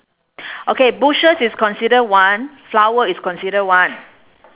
okay bushes is consider one flower is consider one